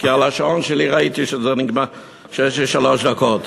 כי בשעון שלי ראיתי שיש לי שלוש דקות.